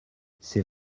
c’est